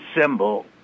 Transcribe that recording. symbol